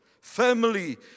family